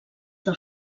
del